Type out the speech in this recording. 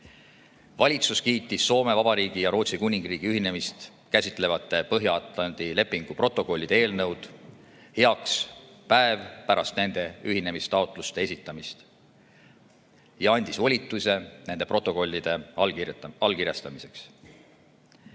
Valitsus kiitis Soome Vabariigi ja Rootsi Kuningriigi ühinemist käsitlevate Põhja-Atlandi lepingu protokollide eelnõud heaks päev pärast nende ühinemistaotluse esitamist ja andis volituse nende protokollide allkirjastamiseks.